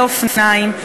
באופניים,